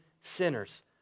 sinners